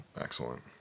excellent